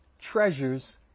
treasures